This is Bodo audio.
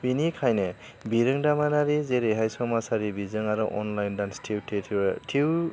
बेनिखायनो बिरोंदामिनारि जेरैहाय समाजारि बिजों आरो अनलाइन दान्स टिउथ'रियेल टिउ